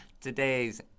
Today's